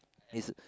is